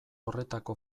horretako